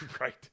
Right